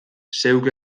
zeuk